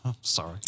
Sorry